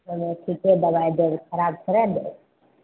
हमे ठीके दबाइ देब खराब थोड़े देब